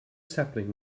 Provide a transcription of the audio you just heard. sapling